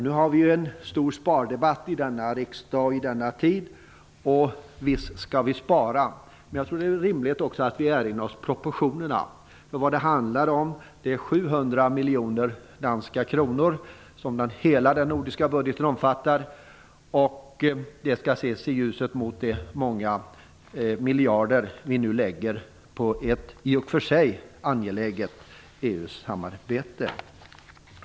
Vi har en stor spardebatt i denna riksdag i denna tid, och visst skall vi spara. Jag tror att det är rimligt att vi också erinrar oss proportionerna. Vad det handlar om är 700 miljoner danska kronor, som hela den nordiska budgeten omfattar. Det skall ses i ljuset av de många miljarder vi nu lägger på ett i och för sig angeläget EU-samarbete.